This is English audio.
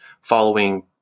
following